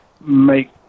make